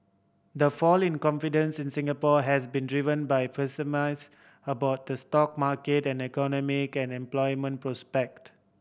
the fall in confidence in Singapore has been driven by pessimisms about the stock market then the economy can employment prospect